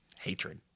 Hatred